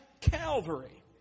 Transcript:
Calvary